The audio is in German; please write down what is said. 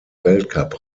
weltcup